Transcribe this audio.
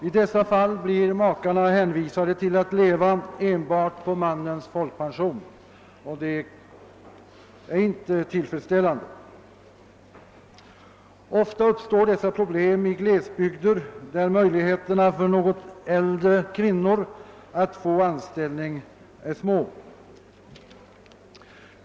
I dessa fall blir makarna hänvisade till att leva enbart på mannens folkpension, och det är inte tillfredsställande. Ofta uppstår dessa problem i glesbygder, där möjligheterna för något äldre kvinnor att få anställning är små.